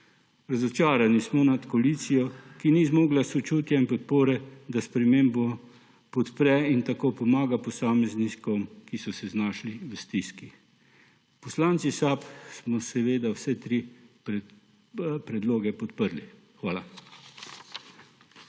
Razočarani smo nad koalicijo, ki ni zmogla sočutja in podpore, da spremembo podpre in tako pomaga posameznikom, ki so se znašli v stiski. Poslanci SAB smo seveda vse tri predloge podprli. Hvala.